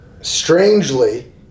Strangely